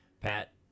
Pat